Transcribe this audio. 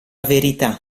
verità